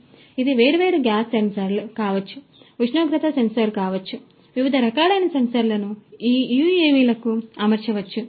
కాబట్టి ఇది వేర్వేరు గ్యాస్ సెన్సార్లు కావచ్చు ఉష్ణోగ్రత సెన్సార్ కావచ్చు వివిధ రకాలైన సెన్సార్లను ఈ యుఎవిలకు అమర్చవచ్చు